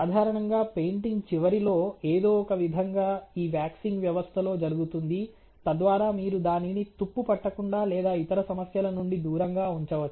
సాధారణంగా పెయింటింగ్ చివరిలో ఏదో ఒకవిధంగా ఈ వాక్సింగ్ వ్యవస్థలో జరుగుతుంది తద్వారా మీరు దానిని తుప్పు పట్టకుండా లేదా ఇతర సమస్యల నుండి దూరంగా ఉంచవచ్చు